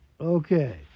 Okay